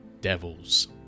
devils